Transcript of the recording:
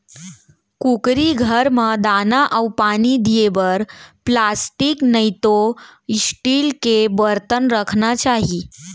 कुकरी घर म दाना अउ पानी दिये बर प्लास्टिक नइतो स्टील के बरतन राखना चाही